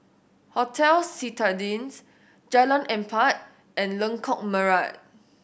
Hotel Citadines Jalan Empat and Lengkok Merak